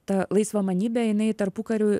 ta laisvamanybė jinai tarpukariu